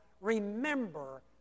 Remember